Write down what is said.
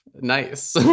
Nice